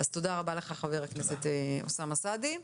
תודה רבה לך, חבר הכנסת אוסאמה סעדי.